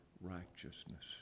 righteousness